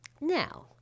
Now